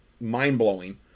mind-blowing